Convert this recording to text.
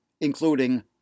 including